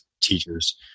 teachers